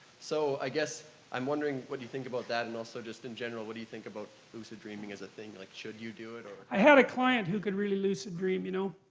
so i guess i'm wondering what you think about that, and also just in general what do you think about lucid dreaming as a thing, like, should you do it? i had a client who could really lucid dream, you know?